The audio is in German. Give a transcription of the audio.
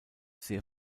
sehr